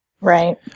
Right